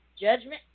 Judgment